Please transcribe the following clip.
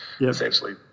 essentially